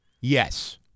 Yes